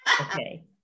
Okay